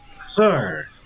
sir